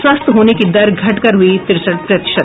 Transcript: स्वस्थ होने की दर घटकर हुई तिरसठ प्रतिशत